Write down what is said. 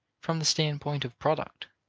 from the standpoint of product,